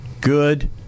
good